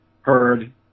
heard